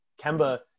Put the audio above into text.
kemba